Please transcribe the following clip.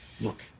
Look